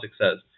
says